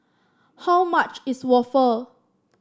how much is waffle